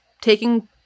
taking